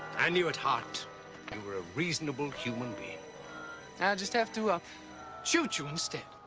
i knew at heart you were a reasonable human being. i just have to ah shoot you instead.